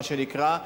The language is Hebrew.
מה שנקרא,